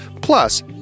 Plus